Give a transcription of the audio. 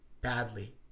badly